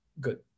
Good